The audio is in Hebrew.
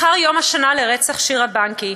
מחר יום השנה לרצח שירה בנקי,